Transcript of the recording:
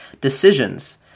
decisions